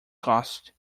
cost